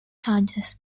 chargers